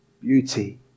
beauty